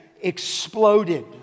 exploded